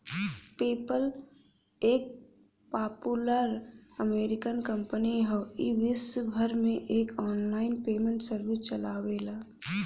PayPal एक popular American company हौ ई विश्वभर में एक आनलाइन पेमेंट सर्विस चलावेला